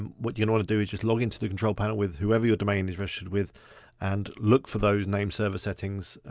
um what you know want to do is just log into the control panel with whoever your domain is registered with and look for those name server settings.